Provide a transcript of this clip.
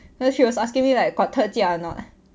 then she was asking me like got 特价 not